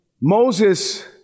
Moses